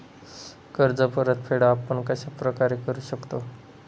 कर्ज परतफेड आपण कश्या प्रकारे करु शकतो?